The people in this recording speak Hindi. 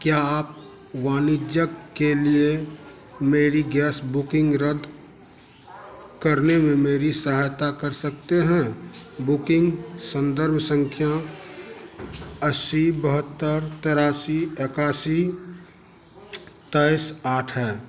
क्या आप वाणिज्यक के लिए मेरी गैस बुकिंग रद्द करने में मेरी सहायता कर सकते हैं बुकिंग संदर्भ संख्या अस्सी बहत्तर तिरासी इक्यासी तेईस आठ है